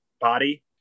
body